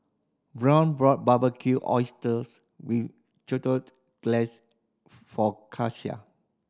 Byron bought Barbecued Oysters with Glaze for